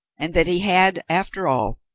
and that he had, after all,